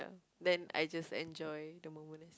then I just enjoy the moment